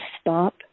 stop